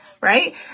Right